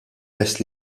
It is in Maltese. lest